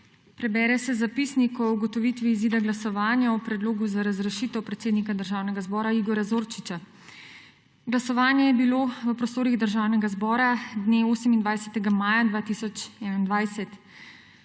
Prebere se zapisnik o ugotovitvi izida glasovanja o predlogu za razrešitev predsednika Državnega zbora Igorja Zorčiča. Glasovanje je bilo v prostorih Državnega zbora dne 28. maja 2021.